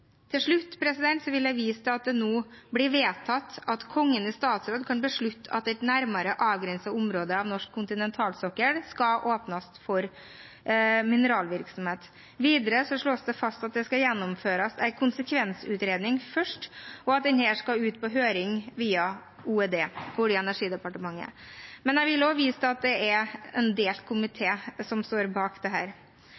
Til slutt vil jeg vise til at det nå blir vedtatt at Kongen i statsråd kan beslutte at et nærmere avgrenset område av norsk kontinentalsokkel skal åpnes for mineralvirksomhet. Videre slås det fast at det skal gjennomføres en konsekvensutredning først, og at denne skal ut på høring via OED, Olje- og energidepartementet. Men jeg vil også vise til at det er en delt